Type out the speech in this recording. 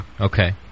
Okay